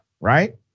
right